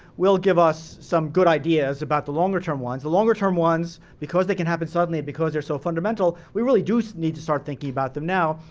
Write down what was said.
will give us some good ideas about the longer term ones. the longer term ones because they can happen suddenly, because they're so fundamental. we really do so need to start thinking about them now.